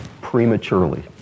prematurely